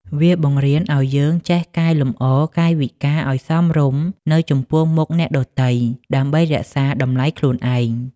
វាបង្រៀនឱ្យយើងចេះកែលម្អកាយវិការឱ្យសមរម្យនៅចំពោះមុខអ្នកដទៃ ដើម្បីរក្សាតម្លៃខ្លួនឯង។